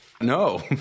no